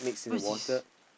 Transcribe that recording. what is this